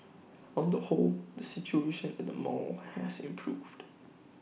on the whole the situation at the mall has improved